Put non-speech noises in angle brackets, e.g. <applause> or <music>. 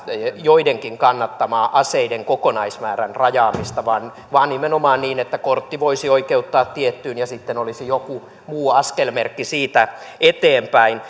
joidenkin kannattamaa aseiden kokonaismäärän rajaamista vaan vaan nimenomaan niin että kortti voisi oikeuttaa tiettyyn määrään ja sitten olisi joku muu askelmerkki siitä eteenpäin <unintelligible>